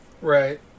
Right